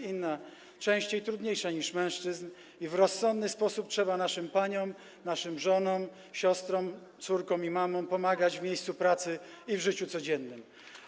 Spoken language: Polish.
inna, częściej trudniejsza niż mężczyzn i w rozsądny sposób trzeba naszym paniom, naszym żonom, siostrom, córkom i mamom pomagać w miejscu pracy i w życiu codziennym.